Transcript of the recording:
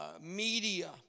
media